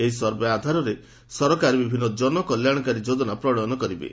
ଏହି ସର୍ଭେ ଆଧାରରେ ସରକାର ବିଭିନ୍ନ ଜନକଲ୍ୟାଶକାରୀ ଯୋଜନା ପ୍ରଶୟନ କରିବେ